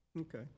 Okay